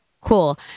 Cool